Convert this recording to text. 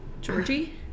georgie